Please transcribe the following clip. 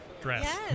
dress